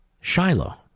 Shiloh